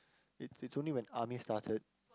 it it's only when army started